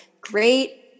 great